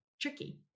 tricky